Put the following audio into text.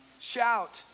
Shout